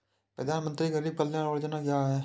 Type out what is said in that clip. प्रधानमंत्री गरीब कल्याण योजना क्या है?